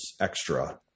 extra